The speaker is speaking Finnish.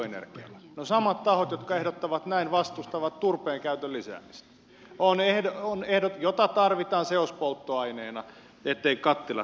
no samat tahot jotka ehdottavat näin vastustavat turpeen käytön lisäämistä jota tarvitaan seospolttoaineena etteivät kattilat pala